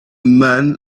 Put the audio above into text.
man